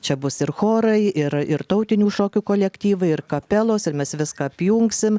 čia bus ir chorai ir ir tautinių šokių kolektyvai ir kapelos ir mes viską prijungsim